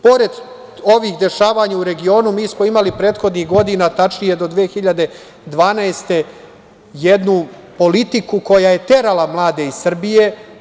Pored ovih dešavanja u regionu mi smo imali prethodnih godina, tačnije do 2012. godine, jednu politiku koja je terala mlade iz Srbije.